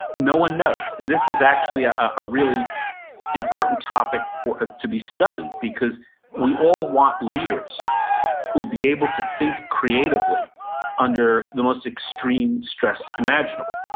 no one knows. and this is actually a ah really important topic ah to be studying because we all want leaders who will be able to think creatively under the most extreme stress unimaginable.